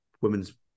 women's